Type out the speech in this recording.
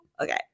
okay